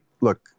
look